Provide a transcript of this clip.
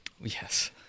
Yes